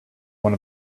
one